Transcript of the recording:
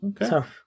Okay